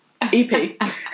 EP